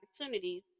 opportunities